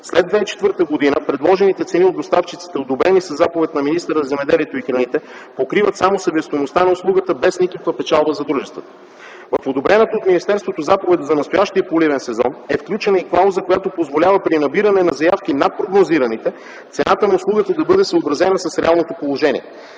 След 2004 г. предложените цени от доставчиците, одобрени със заповед на министъра на земеделието и храните, покриват само себестойността на услугата, без никаква печалба за дружествата. В одобрената от министерството заповед за настоящия поливен сезон е включена и клауза, която позволява при набиране на заявки над прогнозираните цената на услугата да бъде съобразена с реалното положение.